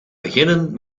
beginnen